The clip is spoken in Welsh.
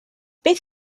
beth